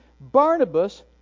Barnabas